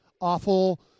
awful